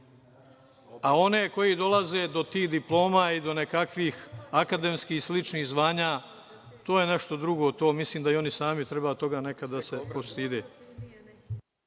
One koji dolaze do tih diploma i do nekakvih akademskih i sličnih zvanja, to je nešto drugo. To mislim da i oni sami treba toga nekad da se postide.